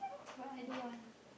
but I don't want